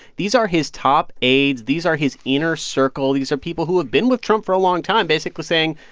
these are his top aides. these are his inner circle. these are people who have been with trump for a long time basically saying,